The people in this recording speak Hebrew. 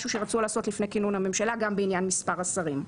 משהו שרצו לעשות לפני כינון הממשלה גם בעניין מספר השרים.